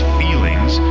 feelings